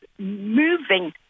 moving